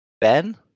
Ben